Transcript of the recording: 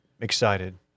excited